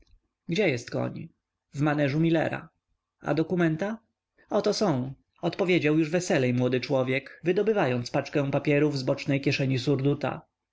gdzie jest koń w maneżu milera a dokumenta oto są odpowiedział już weselej młody człowiek wydobywając paczkę papierów z bocznej kieszeni